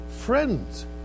friends